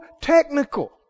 technical